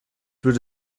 würde